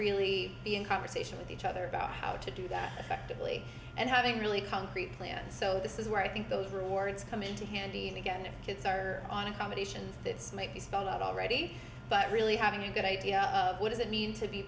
really be in conversation with each other about how to do that to billy and having really concrete plans so this is where i think those rewards come into handy and again if kids are on accommodations this might be spelled out already but really having a good idea what does it mean to be